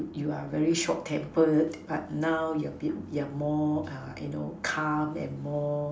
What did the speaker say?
you are very short tempered but now you are be you are more uh you know calm and more